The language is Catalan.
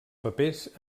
papers